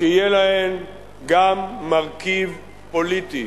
שיהיה להם גם מרכיב פוליטי.